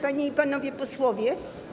Panie i Panowie Posłowie!